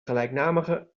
gelijknamige